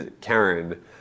Karen